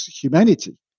humanity